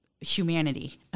humanity